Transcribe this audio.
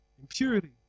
impurity